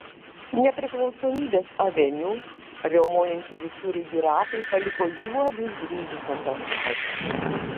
nepriklausomybės aveniu riaumojančių visureigių ratai paliko juodus dryžius ant asfalto